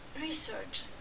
Research